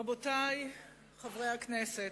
אדוני היושב-ראש, רבותי חברי הכנסת,